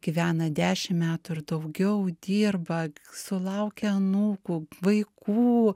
gyvena dešim metų ir daugiau dirba sulaukia anūkų vaikų